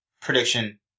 prediction